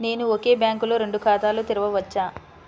నేను ఒకే బ్యాంకులో రెండు ఖాతాలు తెరవవచ్చా?